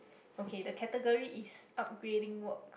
okay the category is upgrading work